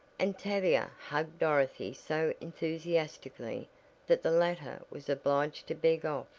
and tavia hugged dorothy so enthusiastically that the latter was obliged to beg off.